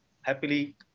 happily